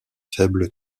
faible